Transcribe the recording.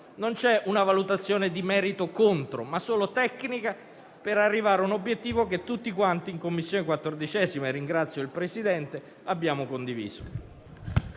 non c'è una valutazione di merito contro, ma solo una valutazione tecnica per arrivare a un obiettivo che tutti quanti in 14a Commissione - e ringrazio il Presidente - abbiamo condiviso.